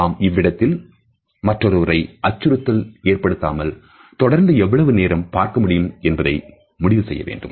நாம் இவ்விடத்தில்மற்றொருவரை அச்சுறுத்தல் ஏற்படுத்தாமல் தொடர்ந்து எவ்வளவு நேரம் பார்க்க முடியும் என்பதை முடிவு செய்ய வேண்டும்